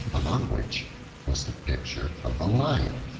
among which was the picture of a lion.